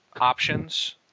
options